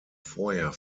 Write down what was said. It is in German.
vorher